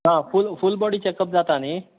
आं फल full body check up जाता न्ही